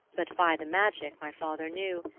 but, by the magic my father knew,